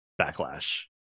backlash